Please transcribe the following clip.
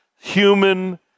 human